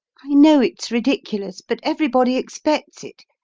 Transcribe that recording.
i know it's ridiculous. but everybody expects it,